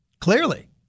Clearly